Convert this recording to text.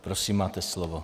Prosím, máte slovo.